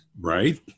Right